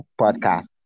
podcast